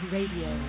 Radio